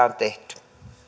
on tehty